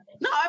No